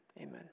amen